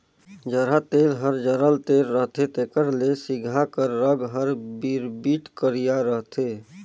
जरहा तेल हर जरल तेल रहथे तेकर ले सिगहा कर रग हर बिरबिट करिया रहथे